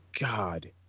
God